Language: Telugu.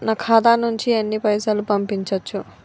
నా ఖాతా నుంచి ఎన్ని పైసలు పంపించచ్చు?